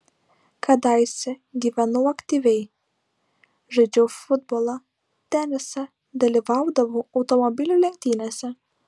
kadaise gyvenau aktyviai žaidžiau futbolą tenisą dalyvaudavau automobilių lenktynėse